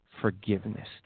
forgiveness